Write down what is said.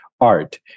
art